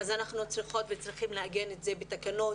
אז אנחנו צריכות וצריכים לעגן את זה בתקנות